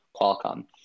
Qualcomm